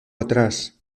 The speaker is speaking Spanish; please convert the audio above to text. atrás